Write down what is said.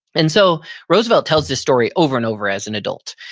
and so roosevelt tells this story over and over as an adult.